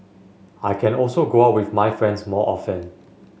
I can also go out with my friends more often